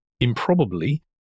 improbably